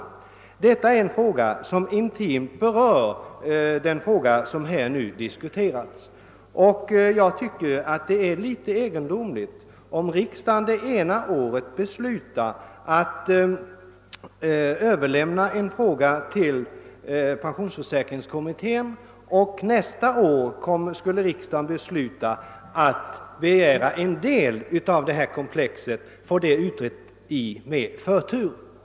Det är en sak som intimt berör den fråga vi här diskuterar. Det skulle väl vara mycket egendomligt om riksdagen det ena året beslutar att överlämna en fråga till pensionsförsäkringskommittén och året därpå begär att få en del av hela komplexet utrett med förtur.